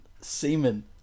Semen